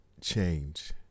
change